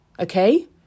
Okay